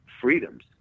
freedoms